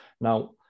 Now